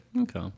Okay